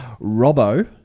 Robbo